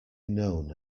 known